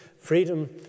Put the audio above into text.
freedom